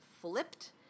flipped